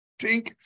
tink